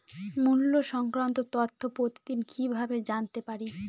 মুল্য সংক্রান্ত তথ্য প্রতিদিন কিভাবে জানতে পারি?